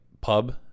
pub